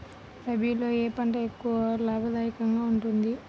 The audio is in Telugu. రబీలో ఏ పంట ఎక్కువ లాభదాయకంగా ఉంటుంది?